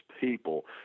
people